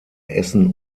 essen